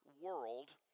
world